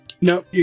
nope